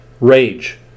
rage